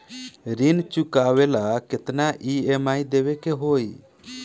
ऋण चुकावेला केतना ई.एम.आई देवेके होई?